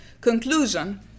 conclusion